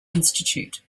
institute